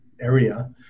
area